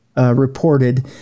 reported